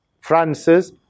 Francis